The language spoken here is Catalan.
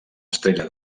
estrella